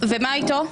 ומה איתו?